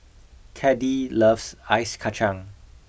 Caddie loves ice kachang